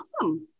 awesome